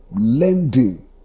lending